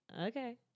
okay